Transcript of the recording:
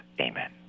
Amen